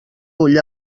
ull